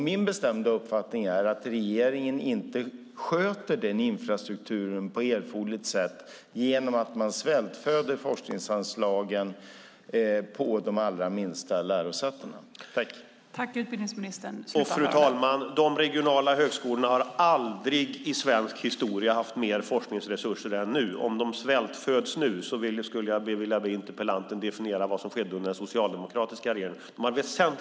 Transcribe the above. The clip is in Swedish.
Min bestämda uppfattning är att regeringen inte sköter denna infrastruktur på erforderligt sätt eftersom man svältföder de allra minsta lärosätena på forskningsanslag.